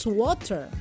water